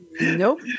Nope